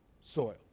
soil